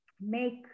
make